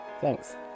Thanks